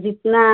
हाँ